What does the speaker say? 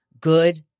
Good